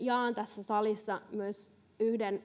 jaan tässä salissa myös yhden